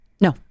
No